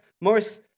Morris